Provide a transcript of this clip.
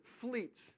fleets